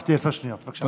הוספתי עשר שניות, בבקשה.